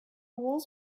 walls